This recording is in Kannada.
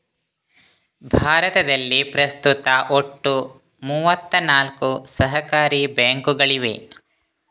ಭಾರತದಲ್ಲಿ ಪ್ರಸ್ತುತ ಒಟ್ಟು ಮೂವತ್ತ ನಾಲ್ಕು ಸಹಕಾರಿ ಬ್ಯಾಂಕುಗಳಿವೆ